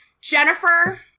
Jennifer